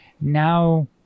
now